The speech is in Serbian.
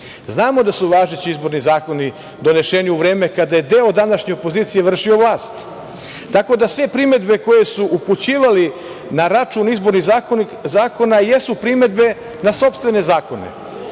da su važeći izborni zakoni doneseni u vreme kada je deo današnje opozicije vršio vlast. Tako da, sve primedbe koje su upućivali na račun izbornih zakona jesu primedbe na sopstvene zakone.